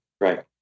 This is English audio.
Right